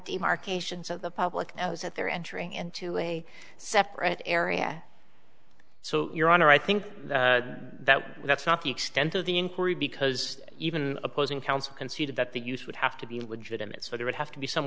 demarcation so the public knows that they're entering into a separate area so your honor i think that that's not the extent of the inquiry because even opposing counsel conceded that the use would have to be legitimate so there would have to be some